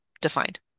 defined